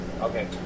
Okay